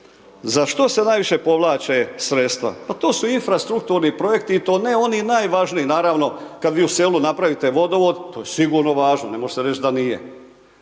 za što se najviše povlače sredstva? Pa to su infrastrukturni projekti, i to ne oni najvažniji, naravno, kad vi u selu napravite vodovod, to je sigurno važno, ne može se reći da nije,